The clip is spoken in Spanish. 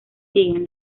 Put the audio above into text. siguen